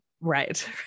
Right